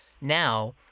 now